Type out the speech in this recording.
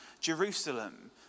Jerusalem